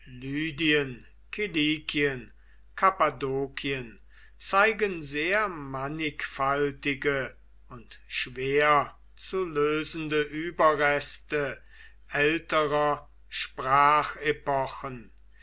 kilikien kappadokien zeigen sehr mannigfaltige und schwer zu lösende überreste älterer